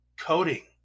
coding